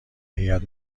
هیات